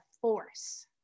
force